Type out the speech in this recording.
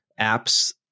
apps